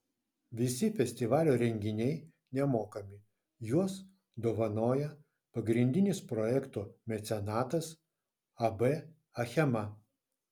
visi festivalio renginiai nemokami juos dovanoja pagrindinis projekto mecenatas ab achema